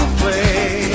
play